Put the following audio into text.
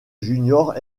juniors